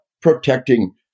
protecting